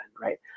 right